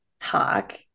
talk